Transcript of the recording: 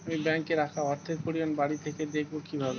আমি ব্যাঙ্কে রাখা অর্থের পরিমাণ বাড়িতে থেকে দেখব কীভাবে?